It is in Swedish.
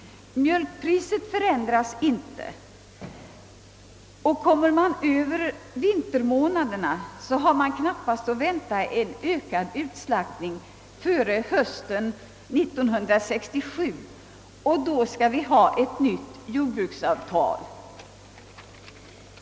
Mjölkpriset förändras inte. Kommer vi över vintermånaderna har vi knappast en ökad utslaktning att vänta före hösten 1967 och vi har då ett nytt jordbruksavtal.